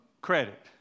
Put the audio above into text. credit